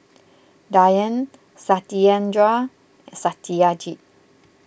Dhyan Satyendra and Satyajit